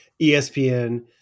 ESPN